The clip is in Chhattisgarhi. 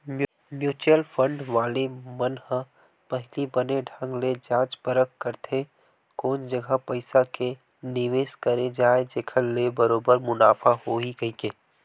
म्युचुअल फंड वाले मन ह पहिली बने ढंग ले जाँच परख करथे कोन जघा पइसा के निवेस करे जाय जेखर ले बरोबर मुनाफा होही कहिके